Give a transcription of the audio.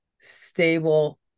stable